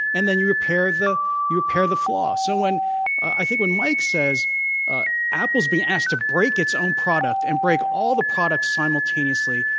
and then you repair the you repair the flaws. so when i think when mike says ah apple's being asked to break its own product and break all the products simultaneously,